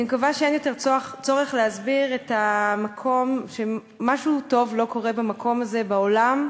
אני מקווה שאין צורך להסביר שמשהו טוב לא קורה במקום הזה בעולם,